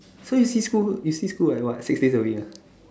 so you see school you see school like what six days a week ah